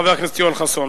חבר הכנסת יואל חסון,